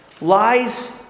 Lies